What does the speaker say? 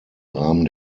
rahmen